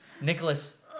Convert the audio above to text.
Nicholas